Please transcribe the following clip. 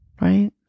Right